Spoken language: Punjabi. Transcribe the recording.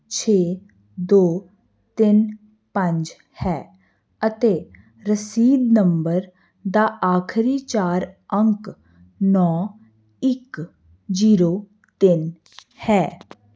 ਛੇ ਦੋ ਤਿੰਨ ਪੰਜ ਹੈ ਅਤੇ ਰਸੀਦ ਨੰਬਰ ਦਾ ਆਖਰੀ ਚਾਰ ਅੰਕ ਨੌਂ ਇੱਕ ਜੀਰੋ ਤਿੰਨ ਹੈ